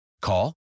Call